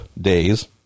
days